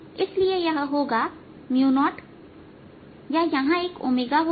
इसलिए यह होगा 0या यहां एक होगा